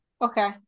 Okay